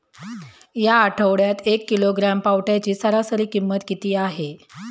या आठवड्यात एक किलोग्रॅम पावट्याची सरासरी किंमत किती आहे?